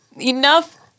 enough